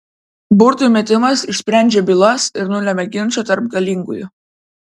burtų metimas išsprendžia bylas ir nulemia ginčą tarp galingųjų